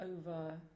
over